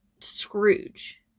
Scrooge